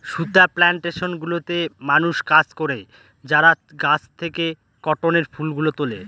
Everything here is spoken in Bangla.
সুতা প্লানটেশন গুলোতে মানুষ কাজ করে যারা গাছ থেকে কটনের ফুল গুলো তুলে